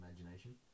imagination